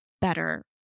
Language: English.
better